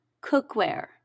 cookware